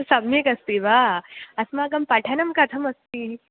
सम्यगस्ति वा अस्माकं पठनं कथमस्ति